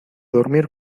dormir